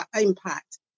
impact